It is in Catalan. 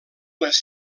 les